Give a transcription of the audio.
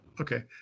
Okay